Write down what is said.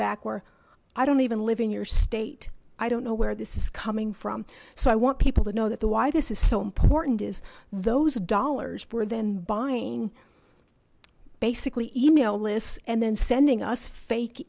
back where i don't even live in your state i don't know where this is coming from so i want people to know that the why this is so important is those dollars we're then buying basically email lists and then sending us fake